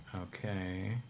okay